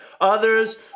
Others